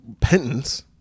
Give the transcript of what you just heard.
penance